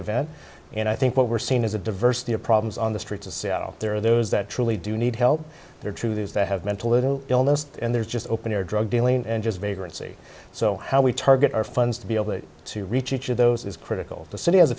event and i think what we're seeing is a diversity of problems on the streets of seattle there are those that truly do need help there are true those that have mental illness and there's just open air drug dealing and just vagrancy so how we target our funds to be able to reach each of those is critical the city has a